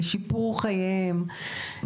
לשיפור חייהם.